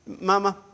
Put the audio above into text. Mama